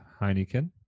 Heineken